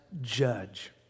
judge